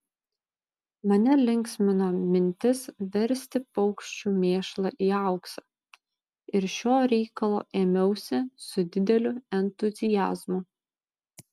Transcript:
mane linksmino mintis versti paukščių mėšlą į auksą ir šio reikalo ėmiausi su dideliu entuziazmu